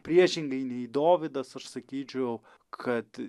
priešingai nei dovydas aš sakyčiau kad